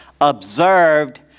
observed